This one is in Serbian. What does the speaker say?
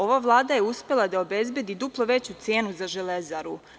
Ova Vlada je uspela da obezbedi duplo veću cenu za „Železaru“